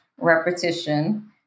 repetition